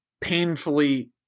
painfully